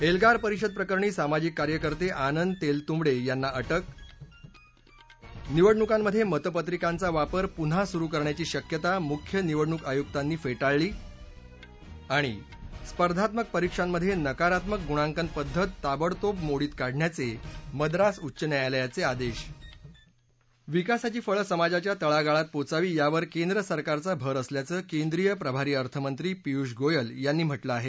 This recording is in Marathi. एल्गार परिषदप्रकरणी सामाजिक कार्यकर्ते आनंद तेलतुंबडे यांना अटक निवडणुकांमध्ये मतपत्रिकांचा वापर पुन्हा सुरू करण्याची शक्यता मुख्य निवडणूक आयुक्तांनी फेटाळली आणि स्पर्धात्मक परीक्षांमधे नकारात्मक गुणांकन पद्धत ताबडतोब मोडीत काढण्याचे मद्रास उच्च न्यायालयाचे आदेश विकासाची फळं समाजाच्या तळागाळात पोचावी यावर केंद्रसरकारचा भर असल्याचं केंद्रीय प्रभारी अर्थमंत्री पियूष गोयल यांनी म्हटलं आहे